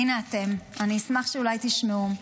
הינה אתם, אני אשמח שאולי תשמעו.